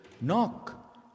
Knock